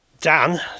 Dan